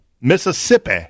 Mississippi